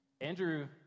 Andrew